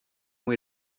way